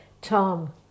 Tom